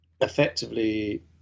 effectively